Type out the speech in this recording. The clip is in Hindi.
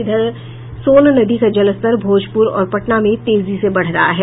इधर सोन नदी का जलस्तर भोजपुर और पटना में तेजी से बढ़ रहा है